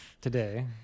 today